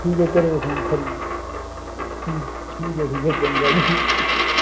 ठीक ऐ करो फोन खरी ठीक ऐ ठीक ऐ चंगा भी